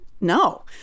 No